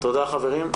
תודה חברים.